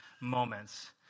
moments